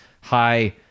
high